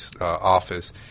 office